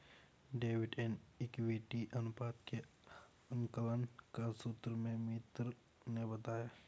डेब्ट and equity अनुपात के आकलन का सूत्र मेरे मित्र ने बताया